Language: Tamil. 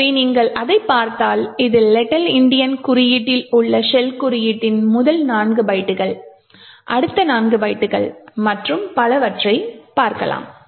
எனவே நீங்கள் இதை பார்த்தால் இது லிட்டில் எண்டியன் குறியீட்டில் உள்ள ஷெல் குறியீட்டின் முதல் நான்கு பைட்டுகள் அடுத்த நான்கு பைட்டுகள் மற்றும் பலவற்றைக் காண்கிறோம்